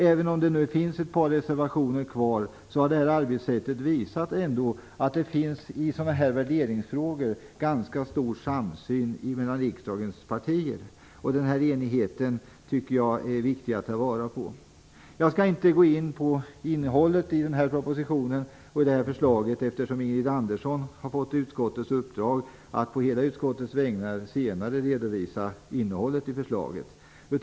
Även om det finns ett par reservationer har det här arbetssättet visat att det i sådana värderingsfrågor finns ganska stor samsyn mellan riksdagens partier. Den enigheten tycker jag att det är viktigt att ta vara på. Jag skall inte gå in på innehållet i förslaget, eftersom Ingrid Andersson har fått utskottets uppdrag att på hela utskottets vägnar redovisa det.